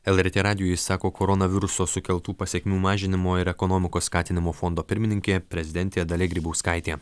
lrt radijui sako koronaviruso sukeltų pasekmių mažinimo ir ekonomikos skatinimo fondo pirmininkė prezidentė dalia grybauskaitė